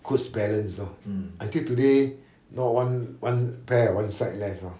goods balance lor until today not one one pair or one side left lor